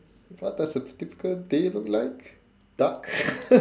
what does a typical day look like dark